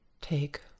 take